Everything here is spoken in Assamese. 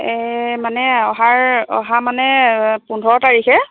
এই মানে অহাৰ অহা মানে পোন্ধৰ তাৰিখে